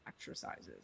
exercises